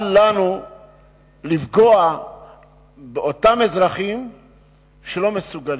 אל לנו לפגוע באותם אזרחים שלא מסוגלים.